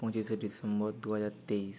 পঁচিশে ডিসেম্বর দুহাজার তেইশ